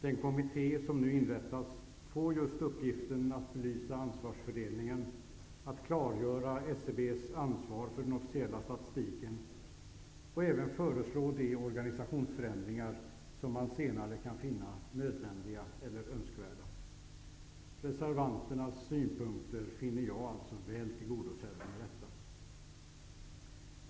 Den kommitté som nu inrättas får just uppgiften att belysa ansvarsfördelningen, att klargöra SCB:s ansvar för den officiella statistiken och även föreslå de organisationsförändringar som man senare kan finna nödvändiga eller önskvärda. Reservanternas synpunkter finner jag alltså väl tillgodosedda.